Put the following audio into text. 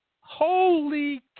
holy